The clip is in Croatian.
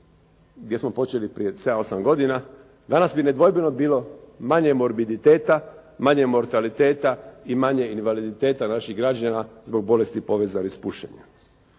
gdje smo počeli prije sedam, osam godina danas bi nedvojbeno bilo manje morbiditeta, manje mortaliteta i manje invaliditeta naših građana zbog bolesti povezanih s pušenjem.